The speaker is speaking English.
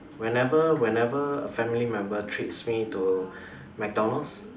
whenever whenever a family member treats me to McDonalds